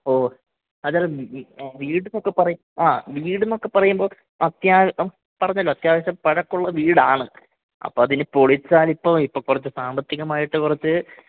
ഓ അല്ല ഇത് മ്മ്മ് വീട് എന്നൊക്കെ പറയും അഹ് വീട് എന്നൊക്കെ പറയുമ്പോൾ അത്യാവശ്യം അഹ് പറഞ്ഞല്ലോ അത്യാവശ്യം പഴക്കമുള്ള വീടാണ് അപ്പോൾ അതിനി പൊളിച്ചാൽ ഇപ്പോൾ ഇപ്പോൾ കുറച്ച് സാമ്പത്തികമായിട്ട് കുറച്ച്